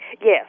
Yes